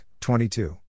22